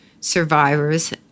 survivors